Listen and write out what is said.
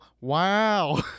wow